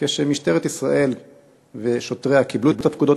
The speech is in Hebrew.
כשמשטרת ישראל ושוטריה קיבלו את הפקודות